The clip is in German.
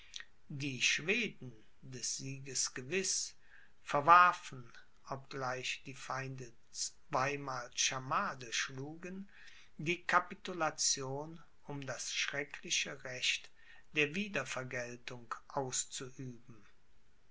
die schweden des sieges gewiß verwarfen obgleich die feinde zweimal schamade schlugen die capitulation um das schreckliche recht der wiedervergeltung auszuüben